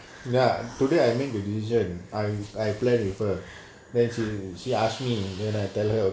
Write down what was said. ya today I make the decision I I replied with her then she she asked me then I tell her